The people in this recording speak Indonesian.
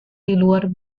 diluar